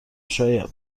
شاید